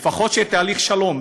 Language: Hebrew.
לפחות שיהיה תהליך שלום.